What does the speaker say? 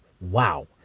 wow